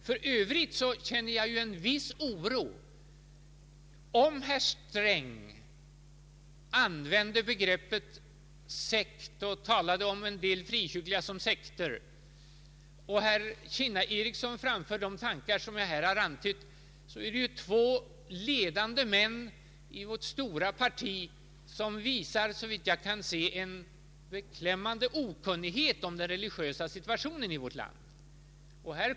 För övrigt känner jag en viss oro. Då herr Sträng talar om en del frikyrkliga samfund som sekter och herr John Ericsson framför de tankar som jag här antytt, är det två ledande män i vårt största parti, som visar, såvitt jag kan se, en beklämmande okunnighet om den religiösa situationen i vårt land.